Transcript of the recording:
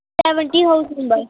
seventy house number